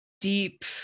deep